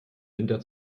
winter